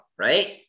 right